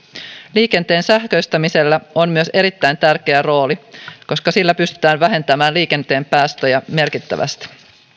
liikenteen sähköistämisellä on myös erittäin tärkeä rooli koska sillä pystytään vähentämään liikenteen päästöjä merkittävästi